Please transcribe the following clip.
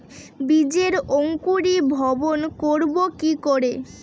বীজের অঙ্কুরিভবন করব কি করে?